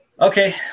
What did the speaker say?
okay